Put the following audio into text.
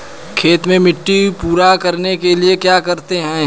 खेत में मिट्टी को पूरा करने के लिए क्या करते हैं?